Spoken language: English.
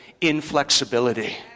inflexibility